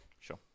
sure